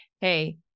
hey